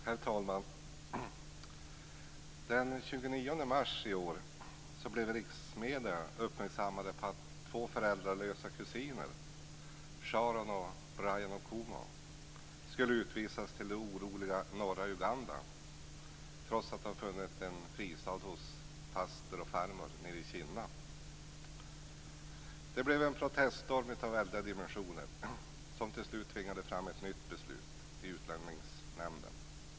Herr talman! Den 29 mars i år blev riksmedierna uppmärksammade på att två föräldralösa kusiner, Sharon och Brian Okumu, skulle utvisas till det oroliga norra Uganda trots att de funnit en fristad hos faster och farmor nere i Kinna. Det blev en proteststorm av väldiga dimensioner, som till slut tvingade fram ett nytt beslut i Utlänningsnämnden.